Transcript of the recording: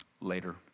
later